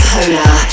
Polar